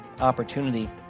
opportunity